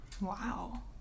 Wow